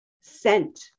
Scent